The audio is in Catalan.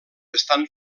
estan